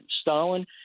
Stalin